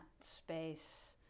space